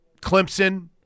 Clemson